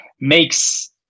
makes